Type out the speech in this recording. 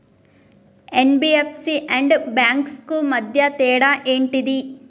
NBFC and banks కు మధ్య తేడా ఏంటిది?